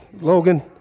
Logan